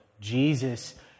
Jesus